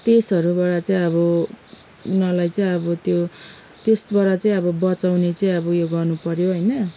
त्यसहरूबाट चाहिँ अब उनीहरूलाई चाहिँ अब त्यो त्यसबाट चाहिँ बचाउने चाहिँ अब उयो गर्नुपऱ्यो होइन